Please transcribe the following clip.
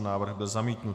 Návrh byl zamítnut.